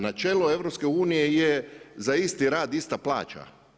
Na čelu EU-a je za isti rad ista plaća.